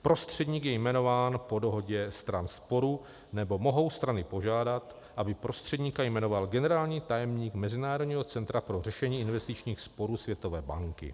Prostředník je jmenován po dohodě stran sporu, nebo mohou strany požádat, aby prostředníka jmenoval generální tajemník Mezinárodního centra pro řešení investičních sporů Světové banky.